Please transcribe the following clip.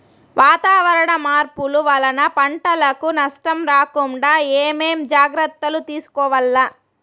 వాతావరణ మార్పులు వలన పంటలకు నష్టం రాకుండా ఏమేం జాగ్రత్తలు తీసుకోవల్ల?